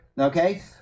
okay